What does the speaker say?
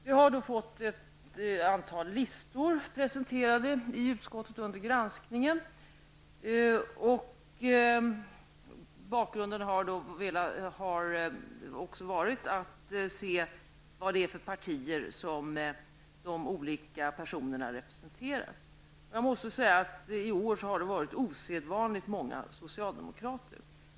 Vi har fått ett antal listor presenterade i utskottet under granskningen, och bakgrunden härtill har bl.a. varit att visa vilka partier de olika personerna representerar. Jag måste säga att det i år har varit osedvanligt många socialdemokrater.